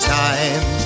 time